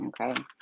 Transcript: Okay